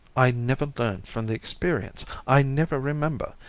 i never learn from the experience, i never remember,